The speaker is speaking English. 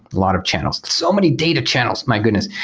lot of channels. so many data channels. my goodness!